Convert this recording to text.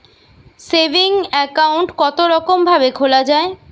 Saving account কতরকম ভাবে খোলা য়ায়?